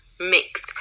mix